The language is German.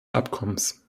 abkommens